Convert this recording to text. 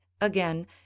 again